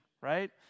right